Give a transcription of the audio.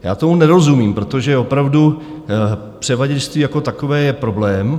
Já tomu nerozumím, protože převaděčství jako takové je problém.